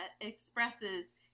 expresses